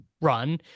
run